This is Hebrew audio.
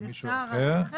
לשר אחר --- למישהו אחר,